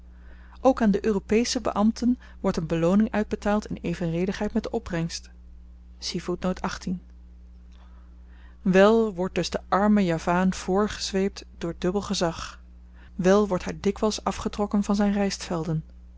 ook aan de europesche beambten wordt een belooning uitbetaald in evenredigheid met de opbrengst wel wordt dus de arme javaan voorgezweept door dubbel gezag wel wordt hy dikwyls afgetrokken van zyn